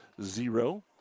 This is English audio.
zero